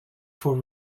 for